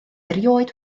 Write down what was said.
erioed